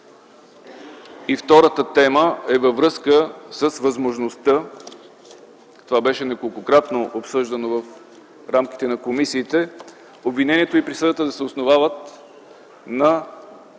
Втората е във връзка с възможността, това беше неколкократно обсъждано в рамките на комисиите, обвинението и присъдата да се основават на